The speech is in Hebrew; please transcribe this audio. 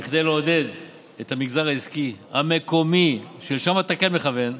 כדי לעודד את המגזר העסקי המקומי, שלשם אתה מכוון,